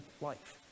life